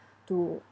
to